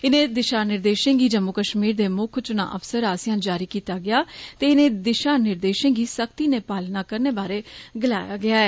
इनें दिषा निर्देषें गी जम्मू कष्मीर मुक्ख चुना अफसर आस्सेआ जारी किता गेआ ते इनें दिषा निर्देषें गी सख्ती नै पालना करने बारै गलाया गेआ ऐ